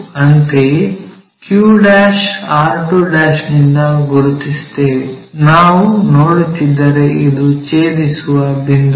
ಅಂತೆಯೇ q r2 ನಿಂದ ಗುರುತಿಸುತ್ತೇವೆ ನಾವು ನೋಡುತ್ತಿದ್ದರೆ ಇದು ಛೇದಿಸುವ ಬಿಂದುಗಳು